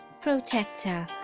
protector